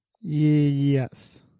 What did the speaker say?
Yes